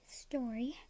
story